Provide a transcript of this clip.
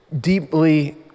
Deeply